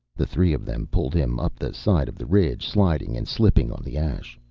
the three of them pulled him up the side of the ridge, sliding and slipping on the ash.